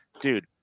dude